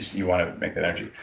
you wanna make that energy.